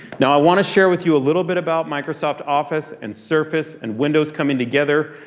now i want to share with you a little bit about microsoft office and surface and windows coming together.